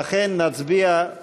ולכן נצביע על